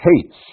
hates